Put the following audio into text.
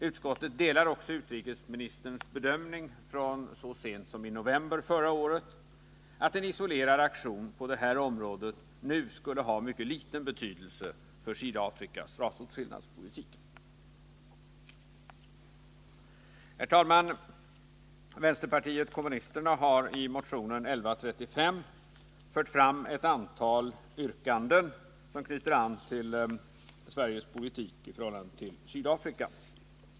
Utskottet instämmer också i den bedömning som utrikesministern gjorde så sent som i november förra året, att en isolerad aktion på det här området skulle ha mycket liten betydelse för Sydafrikas rasåtskillnadspolitik. Herr talman! Vänsterpartiet kommunisterna har i motionen 1135 fört fram ett antal yrkanden som knyter an till Sveriges politik i förhållande till Sydafrika.